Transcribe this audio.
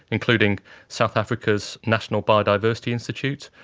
including south africa's national biodiversity institute,